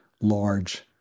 large